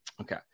Okay